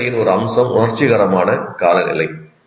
சூழ்நிலையின் ஒரு அம்சம் உணர்ச்சிகரமான காலநிலை